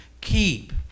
Keep